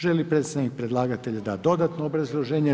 Želi li predstavnik predlagatelja dati dodatno obrazloženje?